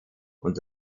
und